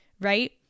right